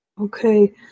Okay